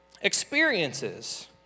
experiences